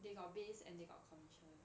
they got base and they got commission